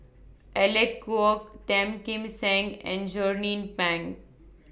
Alec Kuok Tan Kim Seng and Jernnine Pang